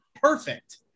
perfect